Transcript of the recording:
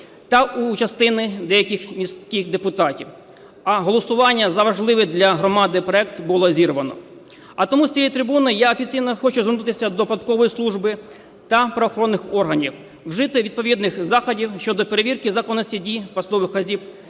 та у частини деяких міських депутатів, а голосування за важливий для громади проект було зірвано. А тому з цієї трибуни я офіційно хочу звернутися до податкової служби та правоохоронних органів вжити відповідних заходів щодо перевірки законності дій посадових осіб